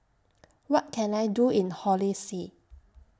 What Can I Do in Holy See